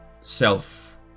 self